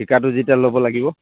ঠিকাটো যেতিয়া ল'ব লাগিব